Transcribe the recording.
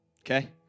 Okay